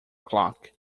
clock